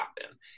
happen